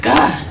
God